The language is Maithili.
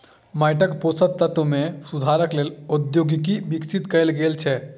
माइटक पोषक तत्व मे सुधारक लेल प्रौद्योगिकी विकसित कयल गेल छै